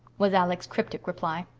was alec's cryptic reply.